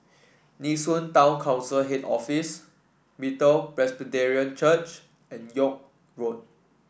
Nee Soon Town Council Head Office Bethel Presbyterian Church and York Road